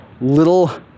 little